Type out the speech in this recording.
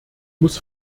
muss